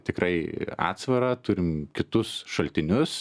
tikrai atsvarą turim kitus šaltinius